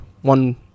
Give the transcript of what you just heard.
one